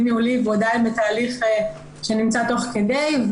ניהולי והוא עדיין בתהליך שנמצא תוך כדי.